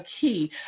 key